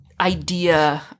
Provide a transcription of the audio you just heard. idea